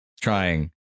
trying